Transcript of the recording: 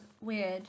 weird